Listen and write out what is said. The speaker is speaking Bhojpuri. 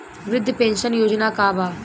वृद्ध पेंशन योजना का बा?